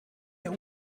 der